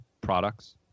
products